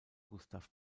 gustav